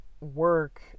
work